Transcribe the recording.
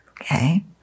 Okay